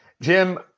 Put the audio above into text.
Jim